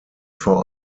vor